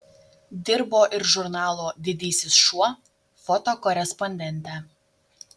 dirbo ir žurnalo didysis šuo fotokorespondente